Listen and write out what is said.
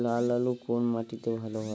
লাল আলু কোন মাটিতে ভালো হয়?